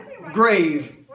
grave